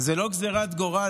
זו לא גזרת גורל.